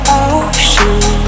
ocean